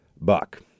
buck